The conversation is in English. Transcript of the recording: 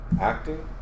acting